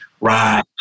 right